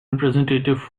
representative